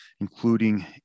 including